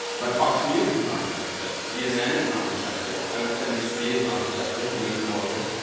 but fox news is not objective. cnn is not objective. um msnbc is not objective. lean forward.